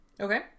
Okay